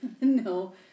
No